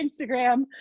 instagram